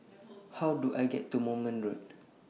How Do I get to Moulmein Road